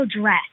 dress